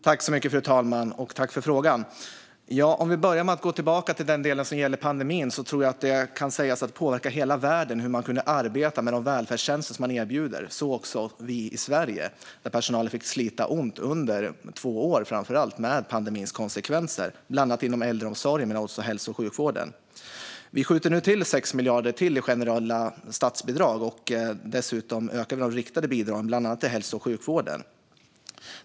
Fru talman! Jag tackar ledamoten för frågan. För att gå tillbaka till den del som gällde pandemin tror jag att den kan sägas ha påverkat hela världen i fråga om hur man kunde arbeta med de välfärdstjänster som man erbjuder - så också i Sverige. Personalen fick slita ont under två år med pandemins konsekvenser inom bland annat äldreomsorgen men också hälso och sjukvården. Vi skjuter nu till ytterligare 6 miljarder i generella statsbidrag. Dessutom ökar vi de riktade bidragen till bland annat hälso och sjukvården.